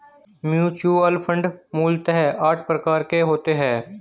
mutual fund मूलतः आठ प्रकार के होते हैं